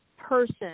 person